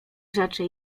rzeczy